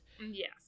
Yes